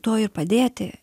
tuo ir padėti